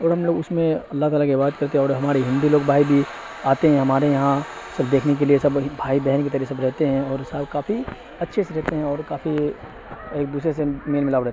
اور ہم لوگ اس میں اللہ تعالیٰ کی عبادت کرتے اور ہمارے ہندو لوگ بھائی بھی آتے ہیں ہمارے یہاں سب دیکھنے کے لیے سب بھائی بہن کی طرح سب رہتے ہیں اور سب کافی اچھے سے رہتے ہیں اور کافی ایک دوسرے سے میل ملاؤ رہ